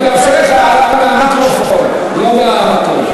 אני מאפשר לך הערה מהמיקרופון, לא מהמקום.